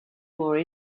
more